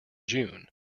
june